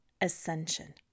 ascension